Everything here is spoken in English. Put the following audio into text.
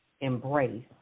embrace